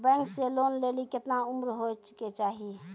Bank से loan लेली केतना उम्र होय केचाही?